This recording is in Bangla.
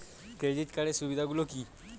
ক্রেডিট কার্ডের সুবিধা গুলো কি?